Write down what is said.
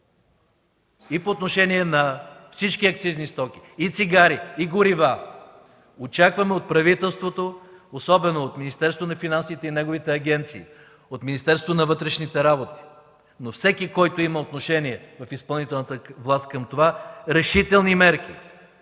И по отношение на всички акцизни стоки и цигари, и горива. Очакваме от правителството, особено от Министерството на финансите и неговите агенции, от Министерството на вътрешните работи, но всеки, който има отношение в изпълнителната власт към това, решителни мерки,